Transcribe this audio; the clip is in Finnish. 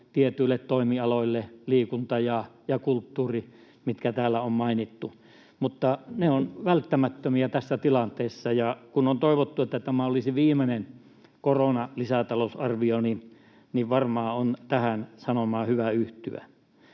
tietyille toimialoille — liikunta ja kulttuuri, mitkä täällä on mainittu — mutta ne ovat välttämättömiä tässä tilanteessa. Ja kun on toivottu, että tämä olisi viimeinen koronalisätalousarvio, niin varmaan on tähän sanomaan hyvä yhtyä.